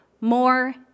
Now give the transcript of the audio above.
more